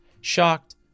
shocked